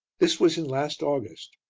this was in last august,